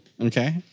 Okay